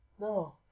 No